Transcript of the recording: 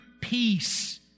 peace